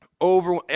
over